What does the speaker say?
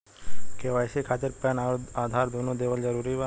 KYC खातिर PAN आउर आधार दुनों देवल जरूरी बा?